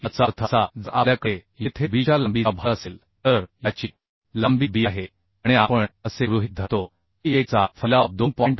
याचा अर्थ असा की जर आपल्याकडे येथे b च्या लांबीचा भार असेल तर याची लांबी b आहे आणि आपण असे गृहीत धरतो की 1 चा फैलाव 2